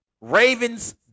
Ravens